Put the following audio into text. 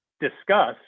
discuss